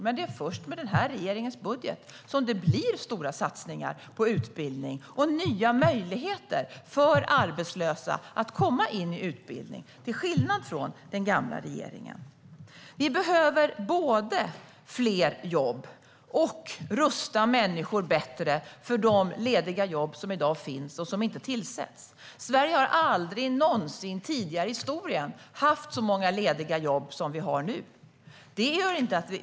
Men det är först med den här regeringens budget som det blir stora satsningar på utbildning och nya möjligheter för arbetslösa att få utbildning, till skillnad från hur det var med den gamla regeringen. Vi behöver både få fler jobb och rusta människor bättre för de lediga jobb som i dag finns och som inte tillsätts. Sverige har aldrig någonsin tidigare i historien haft så många lediga jobb som vi har nu.